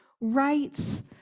rights